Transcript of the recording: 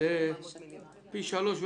הם פי חמישה ומשהו.